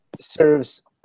serves